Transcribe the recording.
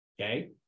Okay